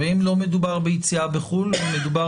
ואם לא מדובר ביציאה לחו"ל אלא מדובר